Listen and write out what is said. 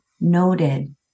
noted